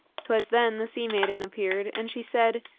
twas then the sea-maiden appeared, and she said,